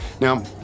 Now